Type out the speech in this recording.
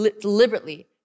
deliberately